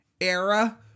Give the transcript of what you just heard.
era